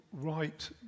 right